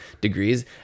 degrees